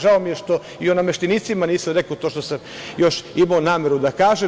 Žao mi je što i o nameštenicima nisam rekao to što sam još imao nameru da kažem.